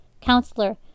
Counselor